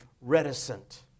reticent